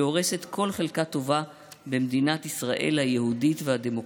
שהורסת כל חלקה טובה במדינת ישראל היהודית והדמוקרטית.